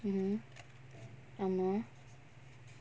mmhmm ஆமா:aamaa